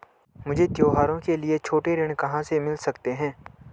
मुझे त्योहारों के लिए छोटे ऋण कहां से मिल सकते हैं?